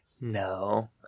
No